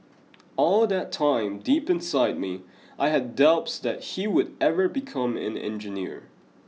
all that time deep inside me I had doubts that he would ever become an engineer